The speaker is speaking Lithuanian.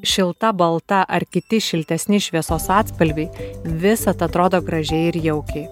šilta balta ar kiti šiltesni šviesos atspalviai visad atrodo gražiai ir jaukiai